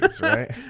right